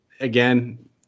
Again